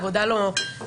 העבודה לא מפסיקה,